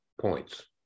points